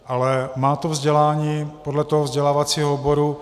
Ale má to vzdělání podle toho vzdělávacího oboru.